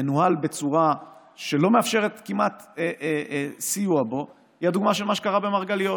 מנוהל בצורה שכמעט לא מאפשרת סיוע בו היא הדוגמה של מה שקרה במרגליות.